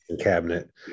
cabinet